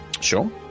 sure